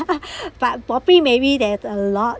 but probably maybe there's a lot